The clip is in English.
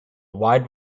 wide